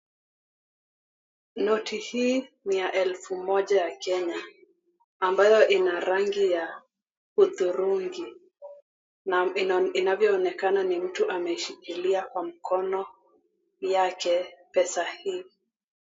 Noti hii ni ya elfu moja ya Kenya, ambayo ina rangi ya hudhurungi na inavyoonekana ni mtu ameshikilia kwa mkono yake pesa hii.